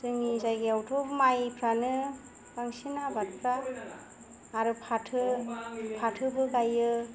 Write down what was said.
जोंनि जायगायावथ' माइफ्रानो बांसिन आबादबा आरो फाथो फाथोबो गायो